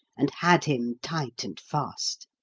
and had him tight and fast.